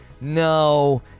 no